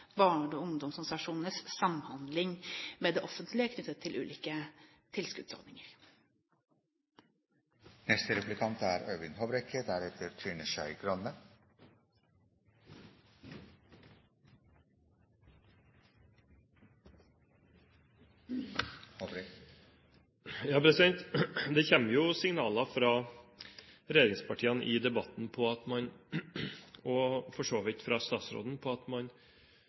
barne- og ungdomsorganisasjonenes samhandling med det offentlige knyttet til ulike tilskuddsordninger. Det kommer signaler fra regjeringspartiene i debatten, og for så vidt fra statsråden, om at man ser at det er en del utfordringer på dette området, og det er jeg glad for. Rapporten fra